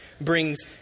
brings